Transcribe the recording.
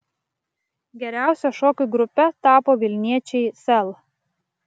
geriausia šokių grupe tapo vilniečiai sel